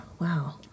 wow